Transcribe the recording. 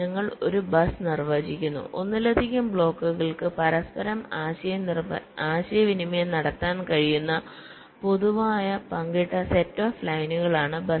ഞങ്ങൾ ഒരു ബസ് നിർവചിക്കുന്നു ഒന്നിലധികം ബ്ലോക്കുകൾക്ക് പരസ്പരം ആശയവിനിമയം നടത്താൻ കഴിയുന്ന പൊതുവായ പങ്കിട്ട സെറ്റ് ഓഫ് ലൈനുകളാണ് ബസ്